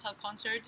concert